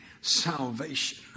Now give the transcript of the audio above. salvation